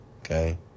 Okay